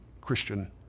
Christian